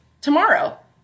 tomorrow